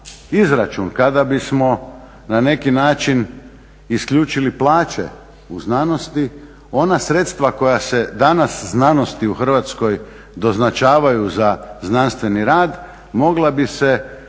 izračun kada bismo na neki način isključili plaće u znanosti ona sredstva koja se danas znanosti u Hrvatskoj doznačavaju za znanstveni rad mogla bi se ovako